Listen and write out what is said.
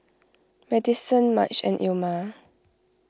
Madyson Marge and Ilma